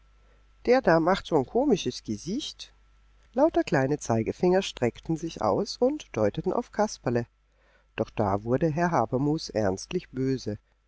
der da macht so n komisches gesicht lauter kleine zeigefinger streckten sich aus und deuteten auf kasperle doch da wurde herr habermus ernstlich böse